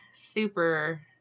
super